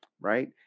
right